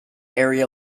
area